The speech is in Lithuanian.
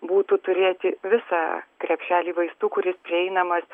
būtų turėti visą krepšelį vaistų kuris prieinamas